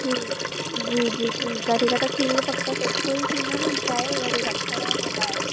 ठीकु जी जी ठीकु आहे ठीकु आहे त खीर पको सुठो ई थींदो न छा आहे वरी रखिणो आहे ॿाहिरि